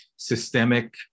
systemic